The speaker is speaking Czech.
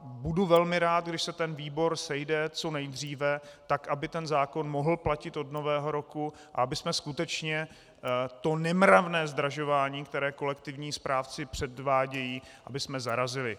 Budu velmi rád, když se výbor sejde co nejdříve, tak aby ten zákon mohl platit od Nového roku, abychom skutečně to nemravné zdražování, které kolektivní správci předvádějí, zarazili.